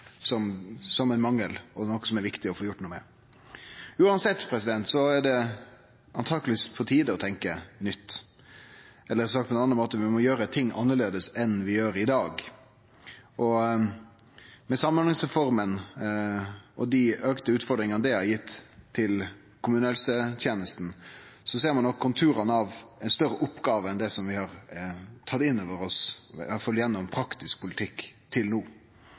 sagt på ein annan måte: Vi må gjere ting annleis enn vi gjer i dag. Med samhandlingsreformen og dei auka utfordringane ho har gitt for kommunehelsetenesta, ser ein nok konturane av ei større oppgåve enn det som vi har tatt inn over oss, i alle fall gjennom praktisk politikk, til no.